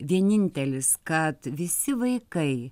vienintelis kad visi vaikai